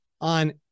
on